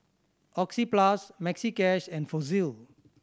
Oxyplus Maxi Cash and Fossil